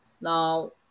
Now